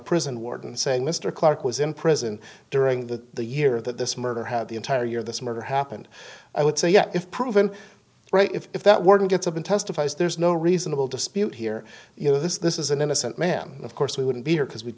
prison warden saying mr clarke was in prison during that the year that this murder had the entire year this murder happened i would say yes if proven right if that word gets up in testifies there's no reasonable dispute here you know this this is an innocent man of course we wouldn't be here because we